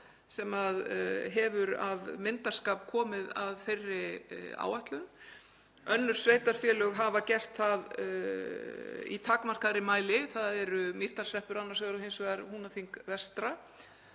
sem hefur af myndarskap komið að þeirri áætlun. Önnur sveitarfélög hafa gert það í takmarkaðri mæli, Mýrdalshreppur annars vegar og Húnaþing vestra